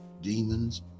demons